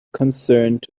concerned